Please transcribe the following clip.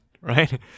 Right